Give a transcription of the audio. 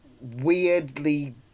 weirdly